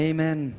Amen